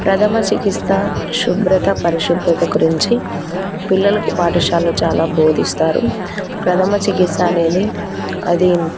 ప్రథమ చికిత్స శుభ్రత పరిశుభ్రత గురించి పిల్లలకు పాఠశాలో చాలా బోధిస్తారు ప్రథమ చికిత్స అనేది అది